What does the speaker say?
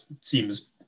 seems